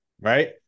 right